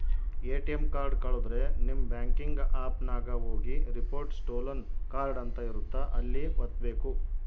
ATM card ಕಳುದ್ರೆ ನಿಮ್ banking app ನಾಗ ಹೋಗಿ ರಿಪೋರ್ಟ್ ಸ್ಟೋಲನ್ ಕಾರ್ಡ್ ಅಂತ ಇರುತ್ತ ಅಲ್ಲಿ ವತ್ತ್ಬೆಕು